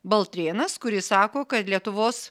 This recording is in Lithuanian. baltrėnas kuris sako kad lietuvos